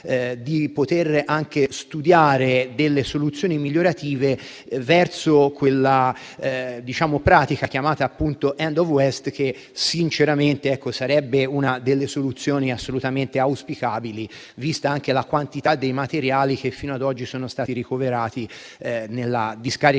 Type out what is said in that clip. di studiare soluzioni migliorative verso quella pratica chiamata *end of waste*, che è una delle soluzioni assolutamente auspicabili, vista anche la quantità dei materiali che fino ad oggi sono stati ricoverati nella discarica